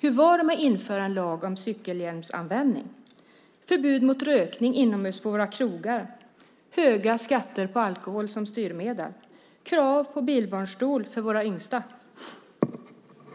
Hur var det med att införa en lag om cykelhjälmsanvändning, förbud mot rökning inomhus på våra krogar, höga skatter på alkohol som styrmedel och krav på bilbarnstol för våra yngsta?